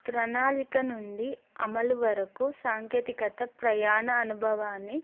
ప్రణాళిక నుండి అమలు వరకు సాంకేతికత ప్రయాణ అనుభవాన్ని